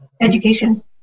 education